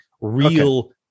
real